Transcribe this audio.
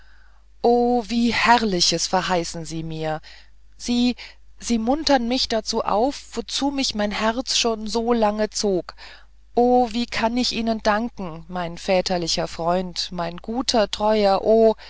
wie herrliches verheißen sie mir sie sie muntern mich dazu auf wozu mich mein herz schon lange zog o wie kann ich ihnen danken mein väterlichen freund mein guter teurer